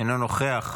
אינו נוכח.